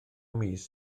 mis